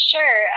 Sure